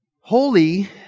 Holy